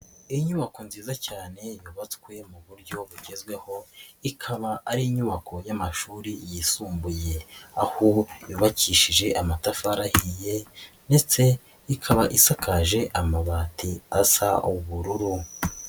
Inyubako nziza cyane yubatswe mu buryo bugezweho, ikaba ari inyubako y'amashuri yisumbuye, aho yubakishije amatafari ahiye ndetse ikaba isakaje amabati asa ubururu.